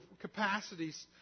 capacities